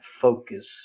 focus